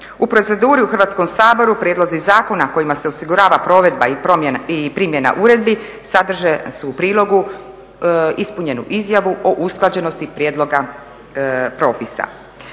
U proceduri u Hrvatskom saboru prijedlozi zakona kojima se osigurava provedba i primjena uredbi sadržane su u prilogu, ispunjenu izjavu o usklađenosti prijedloga propisa.